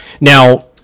Now